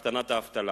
והקטנת האבטלה.